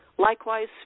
Likewise